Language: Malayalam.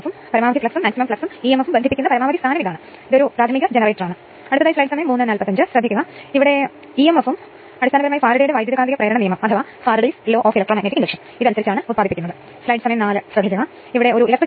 99 പവർ 3 ലേക്ക് 50 10 എന്നതിനെ പവർ 3 ലേക്ക് 50 10 ഡബ്ല്യു ഐ കോപ്പർ ലോസ് എന്നിവ പകുതി 2 ആയി വിഭജിക്കുന്നു കാരണം ചെമ്പ് നഷ്ടം x 2 W c ഉം x ഉം ഒരു പകുതി ലോഡാണെന്നും അതിനാൽ x പകുതി പകുതി 2 W c എന്നും അറിയുക